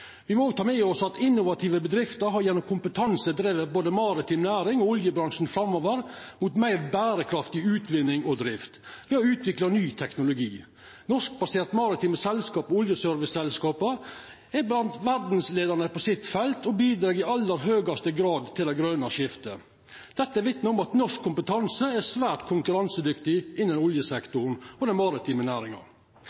må ta med oss at innovative bedrifter gjennom sin kompetanse har drive både maritim næring og oljebransjen framover mot meir berekraftig utvinning og drift. Dei har utvikla ny teknologi. Norskbaserte maritime selskap og oljeserviceselskap er blant dei verdsleiande på sitt felt, og bidreg i aller høgaste grad til det grøne skiftet. Dette vitnar om at norsk kompetanse er svært konkurransedyktig innan